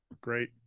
great